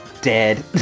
dead